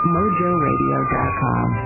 MojoRadio.com